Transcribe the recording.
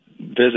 visit